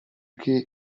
che